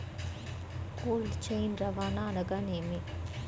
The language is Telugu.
కోల్డ్ చైన్ రవాణా అనగా నేమి?